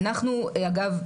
אגב,